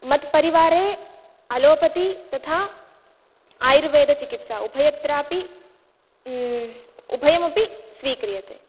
मत्परिवारे allopathy तथा आयुर्वेदचिकित्सा उभयत्रापि उभयमपि स्वीक्रियते